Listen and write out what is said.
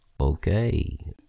Okay